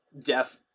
deaf